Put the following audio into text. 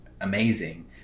amazing